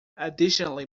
additionally